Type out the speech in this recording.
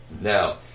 now